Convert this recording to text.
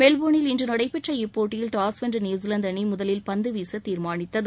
மெல்போ்னில் நடைபெற்ற இப்போட்டியில் டாஸ் வென்ற நியுசிலாந்து அணி முதலில் பந்துவீச தீர்மானித்தது